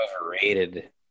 overrated